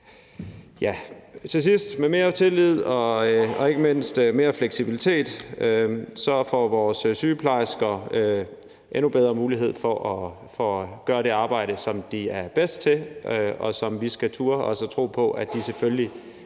. Med mere tillid og ikke mindst mere fleksibilitet får vores sygeplejersker endnu bedre mulighed for at gøre det arbejde, som de er bedst til, og som vi også skal turde tro på at de selvfølgelig